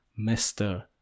Mr